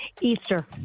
Easter